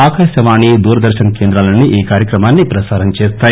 ఆకాశవాణి దూరదర్శన్ కేంద్రాలన్ని ఈ కార్యక్రమాన్సి ప్రసారంచేస్తాయి